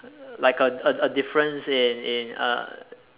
like a a a difference in in uh